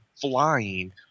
flying